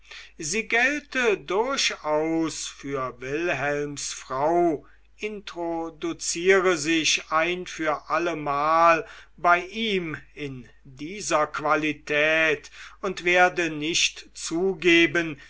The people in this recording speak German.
sie gelte durchaus für wilhelms frau introduziere sich ein für allemal bei ihm in dieser qualität und werde nicht zugeben